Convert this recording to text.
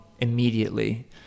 immediately